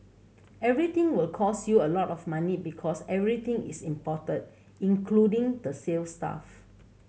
everything will cost you a lot of money because everything is imported including the sales staff